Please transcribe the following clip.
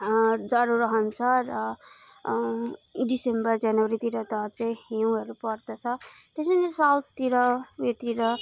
ज्वरो रहन्छ र डिसेम्बर जनवरीतिर त अझ हिउँहरू पर्दछ त्यसरी नै साउथतिर ऊ योतिर